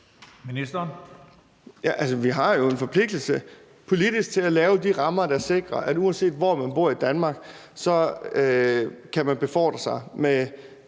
vi har jo en forpligtelse politisk til at lave de rammer, der sikrer, at man, uanset hvor man bor i Danmark, kan befordre sig med